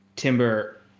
Timber